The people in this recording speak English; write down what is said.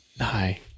Hi